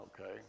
Okay